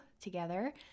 together